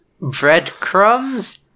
breadcrumbs